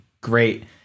great